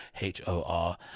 h-o-r